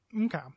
Okay